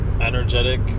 energetic